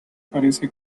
parece